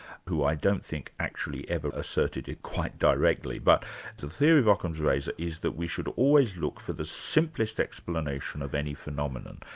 who i don't think actually ever asserted it quite directly, but the theory of ockham's razor is that we should always look for the simplest explanation of any phenomenon.